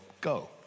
go